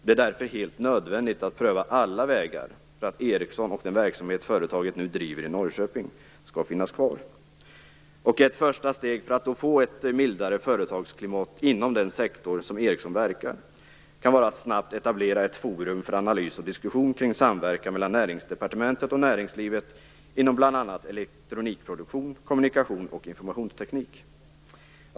Det är därför helt nödvändigt att pröva alla vägar för att Ericsson och den verksamhet företaget nu driver i Norrköping skall finnas kvar. Ett första steg för att få ett mildare företagsklimat inom den sektor som Ericsson verkar kan vara att snabbt etablera ett forum för analys och diskussion kring samverkan mellan Näringsdepartementet och näringslivet inom bl.a. elektronikproduktion, kommunikation och informationsteknik.